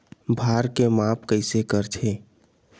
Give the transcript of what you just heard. भार के माप कइसे करथे?